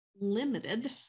limited